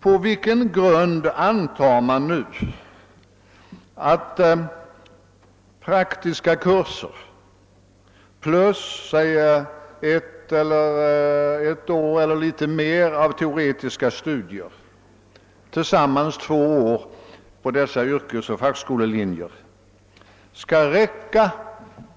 På vilken grund antar man nu att praktiska kurser plus ett eller något mer än ett års teoretiska studier — tillsammans två år på dessa yrkesskoleoch fackskolelinjer — skall räcka